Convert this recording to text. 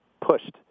pushed